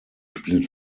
spielt